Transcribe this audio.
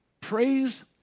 praise